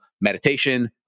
meditation